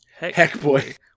Heckboy